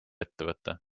ettevõte